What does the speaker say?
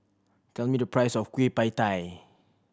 tell me the price of Kueh Pie Tai